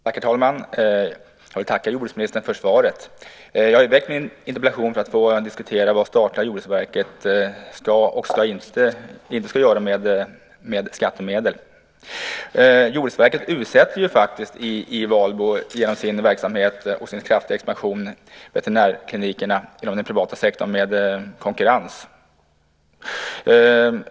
Herr talman! Jag tackar jordbruksministern för svaret. Jag har väckt min interpellation för att få diskutera vad det statliga Jordbruksverket ska och inte ska göra med skattemedel. Genom sin verksamhet och sin kraftiga expansion utsätter Jordbruksverket veterinärklinikerna inom den privata sektorn i Valbo för konkurrens.